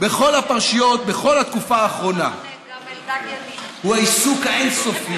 בכל הפרשיות בכל התקופה האחרונה הוא העיסוק האין-סופי